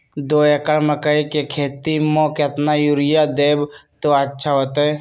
दो एकड़ मकई के खेती म केतना यूरिया देब त अच्छा होतई?